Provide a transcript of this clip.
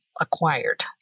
acquired